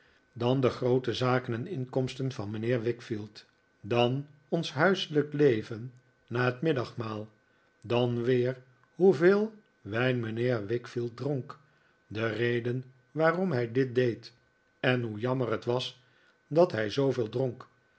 dan de groote zaken en inkomsten van mijnheer wickfield dan ons huiselijk leven na het middagmaal dan weer hoeveel wijn mijnheer wickfield dronk de reden waarom hij dit deed en hoe jammer het was dat hij zooveel dronk